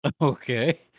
Okay